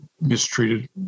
mistreated